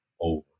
over